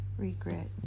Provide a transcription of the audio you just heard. Regret